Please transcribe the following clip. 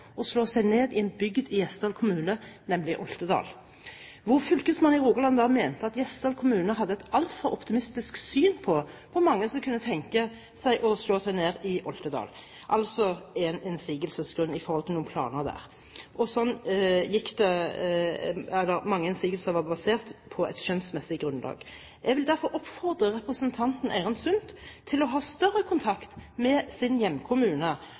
slå seg ned i en bygd i Gjesdal kommune, nemlig Oltedal. Fylkesmannen i Rogaland mente da at Gjesdal kommune hadde et altfor optimistisk syn på hvor mange som kunne tenke seg å slå seg ned i Oltedal – altså en innsigelsesgrunn i forhold til noen planer der. Mange innsigelser var basert på et skjønnsmessig grunnlag. Jeg vil derfor oppfordre representanten Eirin Sund til å ha større kontakt med sin hjemkommune